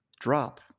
drop